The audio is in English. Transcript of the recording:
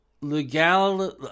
legal